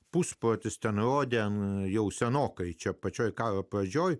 pusprotis ten rodė jau senokai čia pačioje karo pradžioje